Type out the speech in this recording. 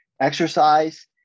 exercise